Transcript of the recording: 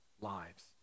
lives